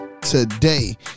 today